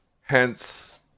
hence